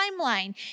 timeline